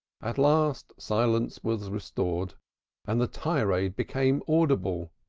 at last silence was restored and the tirade became audible.